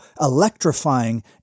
electrifying